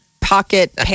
pocket